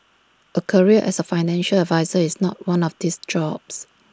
A career as A financial advisor is not one of these jobs